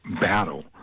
battle